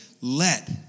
let